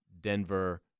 Denver